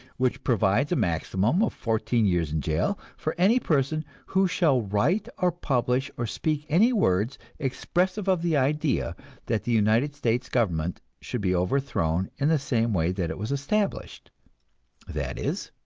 which provides a maximum of fourteen years in jail for any person who shall write or publish or speak any words expressive of the idea that the united states government should be overthrown in the same way that it was established that is,